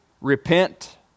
repent